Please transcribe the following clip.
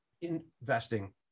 investing